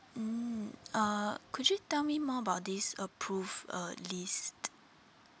mm uh could you tell me more about this approved uh list